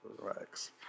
Relax